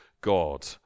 God